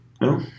No